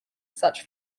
such